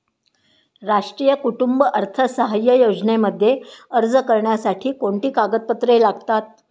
राष्ट्रीय कुटुंब अर्थसहाय्य योजनेमध्ये अर्ज करण्यासाठी कोणती कागदपत्रे लागतात?